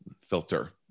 filter